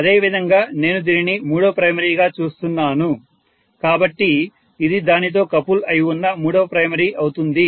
అదే విధంగా నేను దీనిని మూడవ ప్రైమరీగా చూస్తున్నాను కాబట్టి ఇది దానితో కపుల్ అయి వున్న మూడవ ప్రైమరీ అవుతుంది